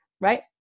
right